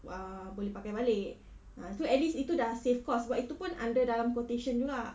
uh boleh pakai balik ah so at least itu dah save cost sebab itu pun under dalam quotation juga